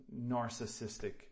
narcissistic